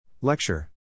Lecture